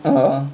(uh huh)